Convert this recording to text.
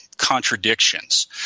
contradictions